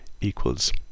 equals